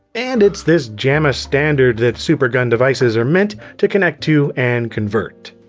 and it's this jamma standard that supergun devices are meant to connect to and convert.